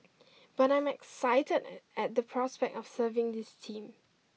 but I'm excited at the prospect of serving this team